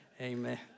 amen